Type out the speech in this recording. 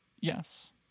Yes